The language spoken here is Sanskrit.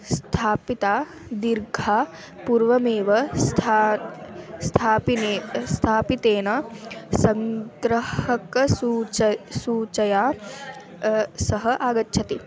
स्थापिता दीर्घा पूर्वमेव स्था स्थापिने स्थापितेन सङ्ग्रह सूचकया सह आगच्छति